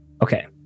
Okay